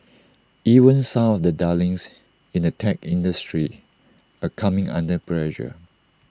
even some of the darlings in the tech industry are coming under pressure